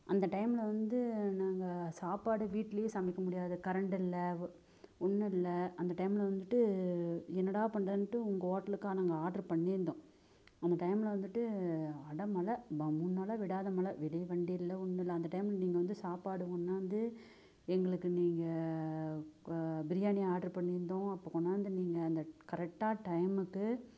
அந்த டைம்ல வந்து நாங்கள் சாப்பாடு வீட்டிலியும் சமைக்க முடியாது கரண்ட் இல்லை ஓ ஒன்றும் இல்லை அந்த டைம்ல வந்துட்டு என்னடா பண்ணுறதுன்ட்டு உங்கள் ஹோட்டலுக்காக நாங்கள் ஆர்ட்ரு பண்ணிருந்தோம் அந்த டைம்ல வந்துட்டு அடை மழை ப மூணு நாளாக விடாத மழை வெளியே வண்டி இல்லை ஒன்றும் இல்லை அந்த டைம்ல நீங்கள் வந்து சாப்பாடு கொண்டாந்து எங்களுக்கு நீங்கள் க பிரியாணி ஆர்ட்ரு பண்ணிருந்தோம் அப்போ கொண்டாந்து நீங்கள் அந்த கரெக்டாக டைமுக்கு